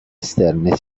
esterne